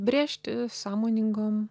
brėžti sąmoningom